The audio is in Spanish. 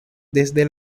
desde